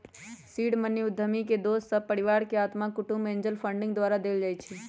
seed money उद्यमी के दोस सभ, परिवार, अत्मा कुटूम्ब, एंजल फंडिंग द्वारा देल जाइ छइ